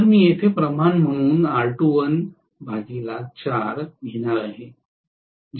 तर मी येथे प्रमाण म्हणून R2l4 घेणार आहे